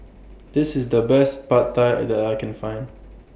This IS The Best Pad Thai that I Can Find